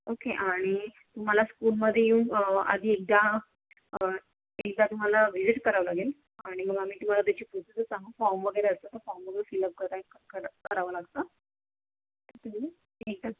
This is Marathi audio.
ओके आणि तुम्हाला स्कुलमध्ये येऊन आधी एकदा एकदा तुम्हाला व्हिजिट करावं लागेल आणि मग आम्ही तुम्हाला त्याची पुढचं सांगू फॉम वगैरे असतं तर फॉम वगैरे फिलअप करायचं ख करावं लागतं